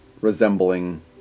resembling